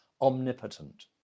omnipotent